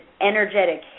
energetic